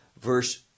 Verse